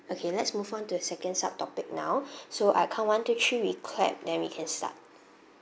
okay let's move on to the second sub-topic now so I count one two three we clap then we can start